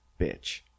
bitch